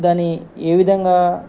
దాని ఏ విధంగా